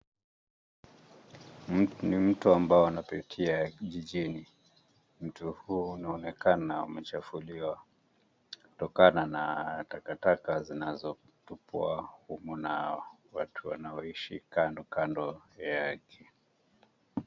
Ni mto ambao unapitia kijijini. Mto huu unaonekana umechafuliwa kutokana na takataka zinazotupwa humu na watu wanaoishi kando kando, yake.